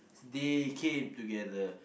they came together